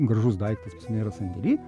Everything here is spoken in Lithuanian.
gražus daiktas pas mane yra sandėly